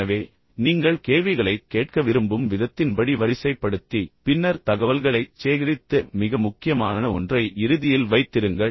எனவே நீங்கள் கேள்விகளைக் கேட்க விரும்பும் விதத்தின்படி வரிசைப்படுத்தி பின்னர் தகவல்களைச் சேகரித்து மிக முக்கியமான ஒன்றை இறுதியில் வைத்திருங்கள்